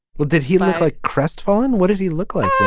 what did he look like? crestfallen. what did he look like?